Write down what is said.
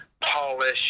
polish